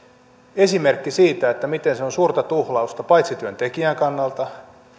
esimerkki siitä miten se on suurta tuhlausta paitsi työntekijän kannalta